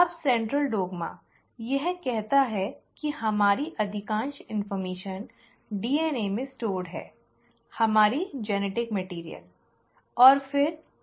अब central dogma यह कहता है कि हमारी अधिकांश जानकारी DNA में संग्रहीत है हमारी आनुवंशिक सामग्री